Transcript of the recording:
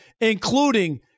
including